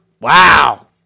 wow